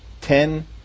ten